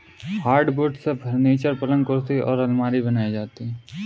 hardwood से furniture, पलंग कुर्सी और आलमारी बनाई जाती है